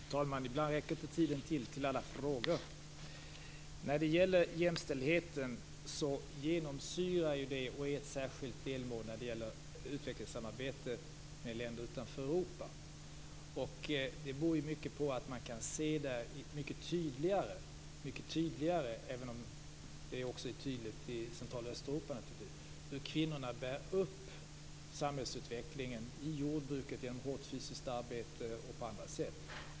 Fru talman! Ibland räcker inte tiden till för alla frågor. Jämställdheten genomsyrar och är ett särskilt delmål i utvecklingssamarbetet med länder utanför Europa. Det beror på att man där mycket tydligare kan se - även om det är tydligt också i Central och Östeuropa - hur kvinnorna bär upp samhällsutvecklingen i jordbruket genom hårt fysiskt arbete och på andra sätt.